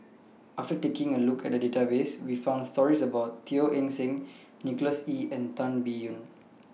after taking A Look At The Database We found stories about Teo Eng Seng Nicholas Ee and Tan Biyun